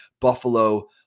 Buffalo